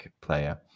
player